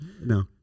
No